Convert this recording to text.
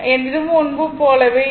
இதுவும் முன்பு போலவே இருக்கும்